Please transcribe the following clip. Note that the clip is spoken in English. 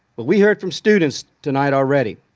but we heard from students tonight already.